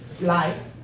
Life